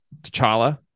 T'Challa